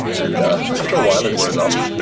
and after a while, it wears off.